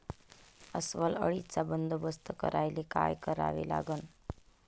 अस्वल अळीचा बंदोबस्त करायले काय करावे लागन?